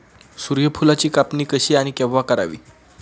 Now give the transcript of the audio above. सूर्यफुलाची कापणी कशी आणि केव्हा करावी?